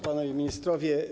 Panowie Ministrowie!